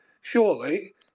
surely